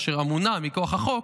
אשר אמונה מכוח החוק